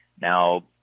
Now